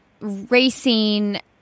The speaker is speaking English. racing